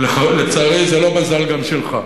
לצערי, זה לא מזל גם שלך.